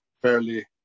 fairly